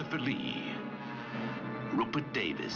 to believe davi